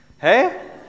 Hey